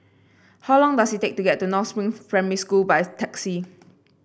how long does it take to get to North Spring Primary School by taxi